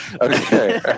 okay